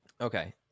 okay